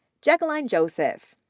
jacqueline joseph,